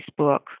Facebook